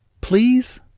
please